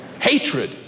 hatred